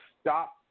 stop